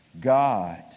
God